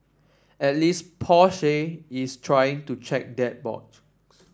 at least Porsche is trying to check that box